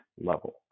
level